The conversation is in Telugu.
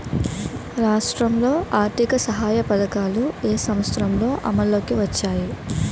రాష్ట్రంలో ఆర్థిక సహాయ పథకాలు ఏ సంవత్సరంలో అమల్లోకి వచ్చాయి?